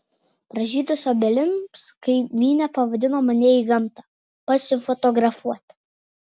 pražydus obelims kaimynė pavadino mane į gamtą pasifotografuot